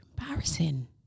embarrassing